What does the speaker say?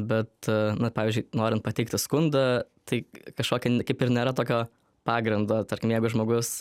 bet na pavyzdžiui norint pateikti skundą tai kašokia kaip ir nėra tokio pagrindo tarkim jeigu žmogus